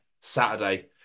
Saturday